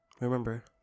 Remember